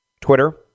Twitter